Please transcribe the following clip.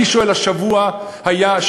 אני שואל: בשבוע שעבר,